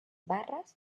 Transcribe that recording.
barras